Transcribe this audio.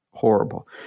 horrible